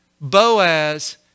Boaz